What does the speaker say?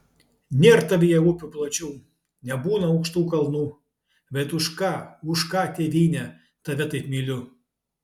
nėr tavyje upių plačių nebūna aukštų kalnų bet už ką už ką tėvyne tave taip myliu